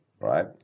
right